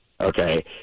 okay